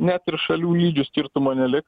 net ir šalių lygių skirtumo nelik